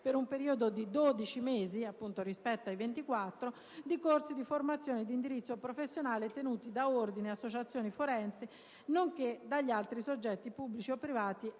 per un periodo di dodici mesi, di corsi di formazione di indirizzo professionale tenuti da ordini e associazioni forensi, nonché dagli altri soggetti pubblici o privati